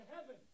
heaven